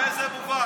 באיזה מובן?